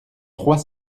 trois